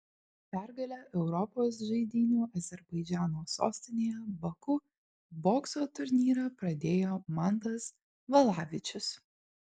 pergale europos žaidynių azerbaidžano sostinėje baku bokso turnyrą pradėjo mantas valavičius